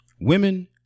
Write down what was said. Women